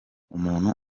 umuntu